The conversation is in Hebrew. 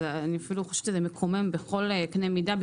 אני חושבת שזה מקומם בכל קנה מידה,